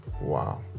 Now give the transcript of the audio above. Wow